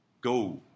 Go